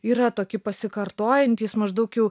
yra toki pasikartojantys maždaug jau